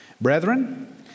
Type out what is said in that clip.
Brethren